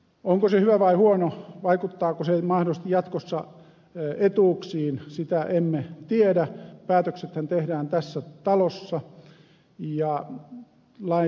onko se hyvä vai huono vaikuttaako se mahdollisesti jatkossa etuuksiin sitä emme tiedä päätöksethän tehdään tässä talossa ja lain kautta